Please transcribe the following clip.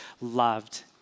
loved